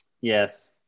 yes